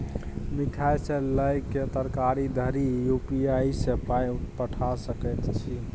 मिठाई सँ लए कए तरकारी धरि यू.पी.आई सँ पाय पठा सकैत छी